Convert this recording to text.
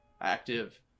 active